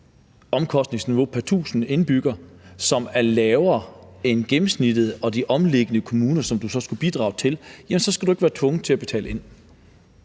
ledelsesomkostningsniveau pr. 1.000 indbyggere, som er lavere end gennemsnittet og de omkringliggende kommuner, som du så skulle bidrage til, så skal du ikke være tvunget til at betale ind.